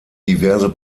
diverse